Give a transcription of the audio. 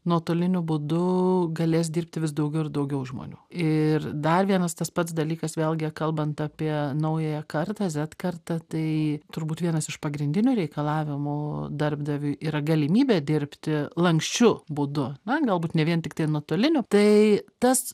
nuotoliniu būdu galės dirbti vis daugiau ir daugiau žmonių ir dar vienas tas pats dalykas vėlgi kalbant apie naująją kartą zet kartą tai turbūt vienas iš pagrindinių reikalavimų darbdaviui yra galimybė dirbti lanksčiu būdu na galbūt ne vien tiktai nuotoliniu tai tas